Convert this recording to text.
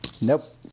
Nope